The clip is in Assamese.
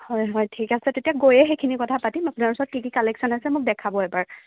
হয় হয় ঠিক আছে তেতিয়া গৈয়ে সেইখিনি কথা পাতিম আপোনাৰ ওচৰত কি কি কালেকশ্যন আছে দেখাব এবাৰ